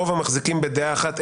דרוב המחזיקים בדעה אחת,